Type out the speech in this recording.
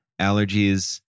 allergies